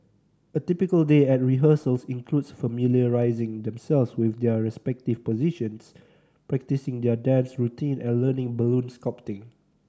a typical day at rehearsals includes familiarising themselves with their respective positions practising their dance routine and learning balloon sculpting